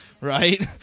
right